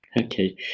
okay